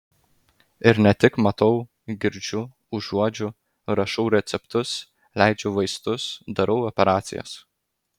ir ne tik matau girdžiu užuodžiu rašau receptus leidžiu vaistus darau operacijas